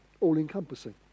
all-encompassing